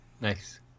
Nice